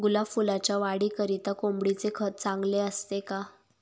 गुलाब फुलाच्या वाढीकरिता कोंबडीचे खत चांगले असते का?